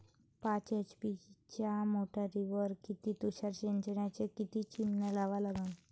पाच एच.पी च्या मोटारीवर किती तुषार सिंचनाच्या किती चिमन्या लावा लागन?